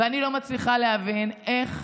ואני לא מצליחה להבין איך